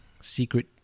Secret